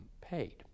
paid